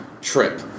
trip